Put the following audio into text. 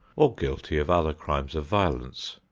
or guilty of other crimes of violence,